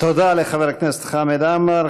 תודה לחבר הכנסת חמד עמאר.